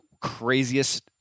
craziest